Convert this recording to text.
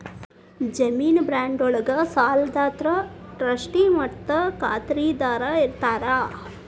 ಜಾಮೇನು ಬಾಂಡ್ ಒಳ್ಗ ಸಾಲದಾತ ಟ್ರಸ್ಟಿ ಮತ್ತ ಖಾತರಿದಾರ ಇರ್ತಾರ